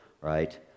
right